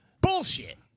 bullshit